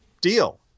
deal